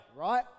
right